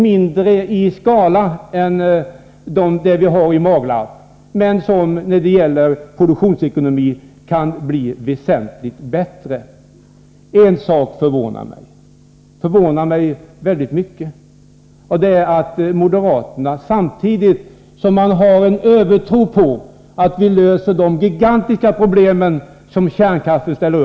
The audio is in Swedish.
De har en mindre skala än det vi har i Maglarp, men de kan få en väsentligt bättre produktionsekonomi. En sak förvånar mig mycket. Moderaterna har en övertro på att vi kan lösa de gigantiska problem som kärnkraften innebär.